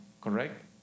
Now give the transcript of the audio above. correct